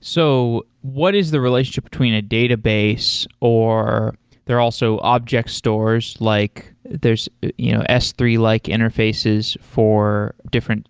so what is the relationship between a database or there are also objects stores, like there's you know s three like interfaces for different